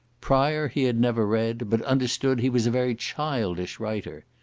prior he had never read, but understood he was a very childish writer.